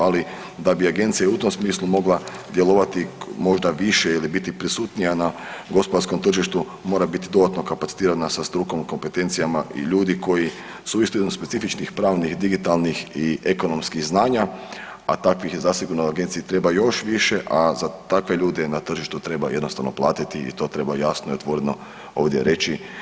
Ali da bi agencija u tom smislu mogla djelovati možda više ili biti prisutnija na gospodarskom tržištu mora biti dodatno kapacitirana sa strukom i kompetencijama i ljudi koji su isto specifičnih, pravnih, digitalnih i ekonomskih znanja, a takvih zasigurno u agenciji treba još više, a takve ljude na tržištu treba jednostavno platiti i to treba jasno i otvoreno ovdje reći.